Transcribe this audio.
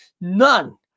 none